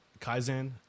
Kaizen